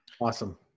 Awesome